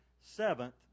seventh